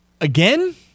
Again